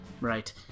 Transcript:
Right